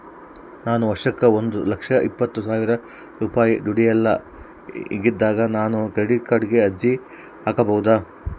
ನಾನು ವರ್ಷಕ್ಕ ಒಂದು ಲಕ್ಷ ಇಪ್ಪತ್ತು ಸಾವಿರ ರೂಪಾಯಿ ದುಡಿಯಲ್ಲ ಹಿಂಗಿದ್ದಾಗ ನಾನು ಕ್ರೆಡಿಟ್ ಕಾರ್ಡಿಗೆ ಅರ್ಜಿ ಹಾಕಬಹುದಾ?